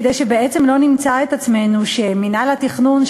כדי שבעצם לא נמצא את עצמנו במצב שמינהל התכנון,